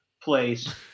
place